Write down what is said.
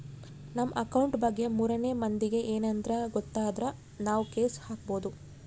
ನಮ್ ಅಕೌಂಟ್ ಬಗ್ಗೆ ಮೂರನೆ ಮಂದಿಗೆ ಯೆನದ್ರ ಗೊತ್ತಾದ್ರ ನಾವ್ ಕೇಸ್ ಹಾಕ್ಬೊದು